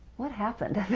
what happened!